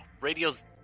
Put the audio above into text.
Radio's